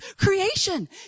creation